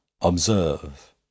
Observe